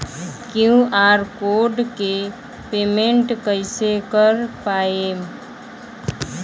QR code से payment कईसे कर पाएम?